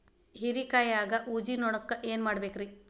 ಹೇರಿಕಾಯಾಗ ಊಜಿ ನೋಣಕ್ಕ ಏನ್ ಮಾಡಬೇಕ್ರೇ?